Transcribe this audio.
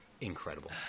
incredible